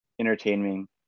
entertaining